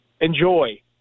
enjoy